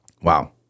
Wow